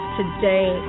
today